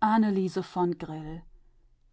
grill